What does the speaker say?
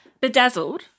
bedazzled